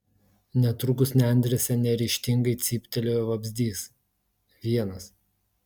netrukus nendrėse neryžtingai cyptelėjo vabzdys vienas